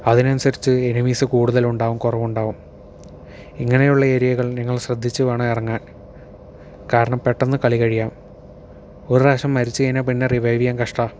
അതിനനുസരിച്ച് എനിമീസ് കൂടുതലും ഉണ്ടാവും കുറവും ഉണ്ടാകും ഇങ്ങനെ ഉള്ള ഏരിയകൾ നിങ്ങൾ ശ്രദ്ധിച്ചു വേണം ഇറങ്ങാൻ കാരണം പെട്ടെന്ന് കളി കഴിയാം ഒരു പ്രാവശ്യം മരിച്ചു കഴിഞ്ഞാൽ പിന്നെ റിവൈവ് ചെയ്യാൻ കഷ്ടമാണ്